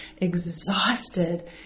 exhausted